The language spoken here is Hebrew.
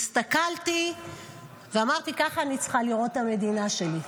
הסתכלתי ואמרתי: ככה אני צריכה לראות את המדינה שלי,